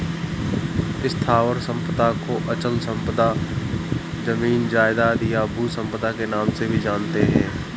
स्थावर संपदा को अचल संपदा, जमीन जायजाद, या भू संपदा के नाम से भी जानते हैं